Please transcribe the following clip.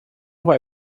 vai